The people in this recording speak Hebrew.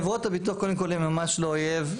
חברות הביטוח קודם כל הן ממש לא אויב.